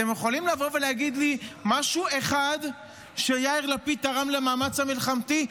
אתם יכולים לבוא ולהגיד לי משהו אחד שיאיר לפיד תרם למאמץ המלחמתי?